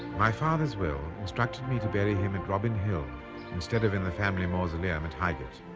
my father's will instructed me to bury him at robin hill instead of in the family mausoleum at highgate.